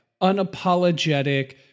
unapologetic